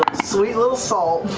sweet little salt.